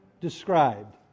described